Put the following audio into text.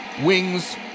wings